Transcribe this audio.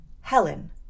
Helen